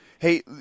Hey